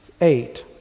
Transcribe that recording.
eight